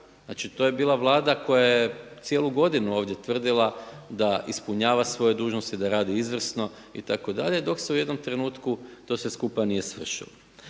Znači, to je bila Vlada koja je cijelu godinu ovdje tvrdila da ispunjava svoje dužnosti, da radi izvrsno itd. dok se u jednom trenutku to sve skupa nije srušilo.